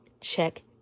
Check